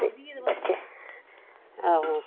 ते बच्चे आ हो